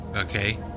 Okay